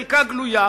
חלקה גלויה,